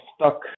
stuck